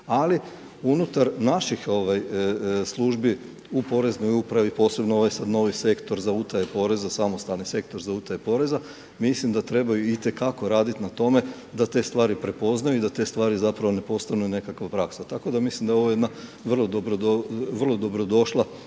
Ali unutar naših službi u Poreznoj upravi posebno ovaj sad novi Sektor za utaju poreza, Samostalni sektor za utaje poreza mislim da trebaju itekako raditi na tome da te stvari prepoznaju i da te stvari zapravo ne postanu ni nekakva praksa. Tako da mislim da je ovo jedna vrlo dobro došla